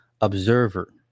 observer